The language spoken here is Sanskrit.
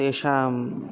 तेषाम्